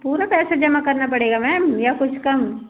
पूरा पैसा जमा करना पड़ेगा मैम या कुछ कम